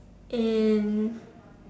and